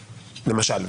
למשל,